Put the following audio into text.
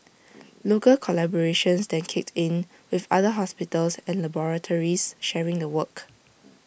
local collaborations then kicked in with other hospitals and laboratories sharing the work